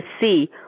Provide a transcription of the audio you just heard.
see